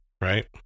right